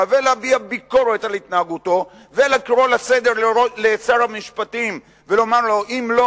ולהביע ביקורת על התנהגותו ולקרוא לסדר לשר המשפטים ולומר לו: אם לא,